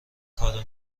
کارو